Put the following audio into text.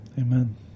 amen